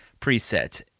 preset